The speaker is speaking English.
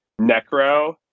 Necro